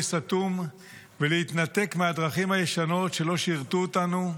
סתום ולהתנתק מהדרכים הישנות שלא שירתו אותנו.